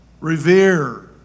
revere